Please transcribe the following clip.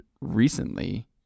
recently